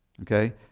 Okay